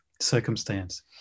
circumstance